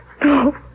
No